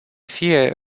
fie